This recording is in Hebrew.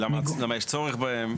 למה יש צורך בהן.